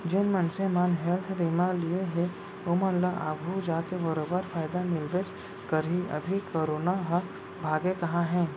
जेन मनसे मन हेल्थ बीमा लिये हें ओमन ल आघु जाके बरोबर फायदा मिलबेच करही, अभी करोना ह भागे कहॉं हे?